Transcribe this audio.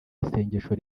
isengesho